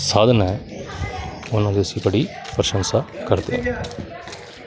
ਸਾਧਨ ਹੈ ਉਹਨਾਂ ਦੀ ਅਸੀਂ ਬੜੀ ਪ੍ਰਸ਼ੰਸਾ ਕਰਦੇ ਐ